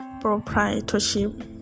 proprietorship